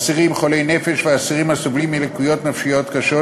אסירים חולי נפש ואסירים הסובלים מלקויות נפשיות קשות,